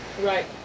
Right